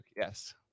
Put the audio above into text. yes